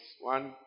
one